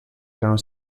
erano